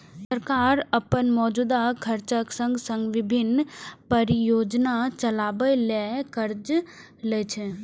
सरकार अपन मौजूदा खर्चक संग संग विभिन्न परियोजना चलाबै ले कर्ज लै छै